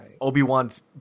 Obi-Wan's